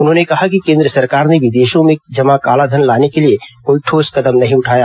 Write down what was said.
उन्होंने कहा कि केंद्र सरकार ने विदेशों में जमा कालाधन लाने के लिए कोई ठोस कदम नहीं उठाया